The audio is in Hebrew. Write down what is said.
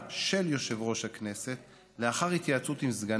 הצעת חוק הכנסת (תיקון מס' 46), התשע"ח